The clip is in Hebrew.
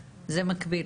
מקביל.